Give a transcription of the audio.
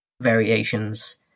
variations